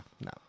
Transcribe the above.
No